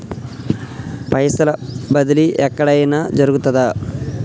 పైసల బదిలీ ఎక్కడయిన జరుగుతదా?